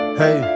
hey